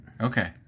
Okay